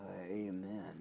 Amen